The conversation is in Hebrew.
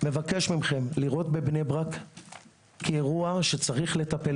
מבקש מכם לראות בבני ברק כאירוע שיש לטפל